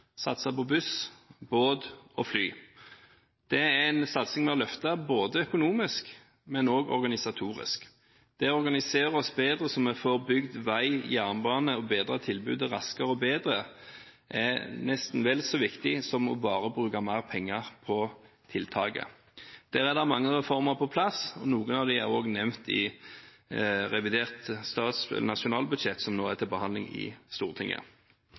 satse på buss, båt og fly. Det er en satsing vi har løftet både økonomisk og organisatorisk. Det å organisere oss bedre så vi får bygd vei og jernbane og gitt et raskere og bedre tilbud er nesten vel så viktig som bare å bruke mer penger på tiltak. Der er mange reformer på plass. Noen av dem er også nevnt i revidert nasjonalbudsjett, som nå er til behandling i Stortinget.